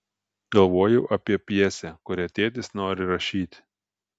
galvojau apie pjesę kurią tėtis nori rašyti